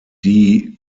die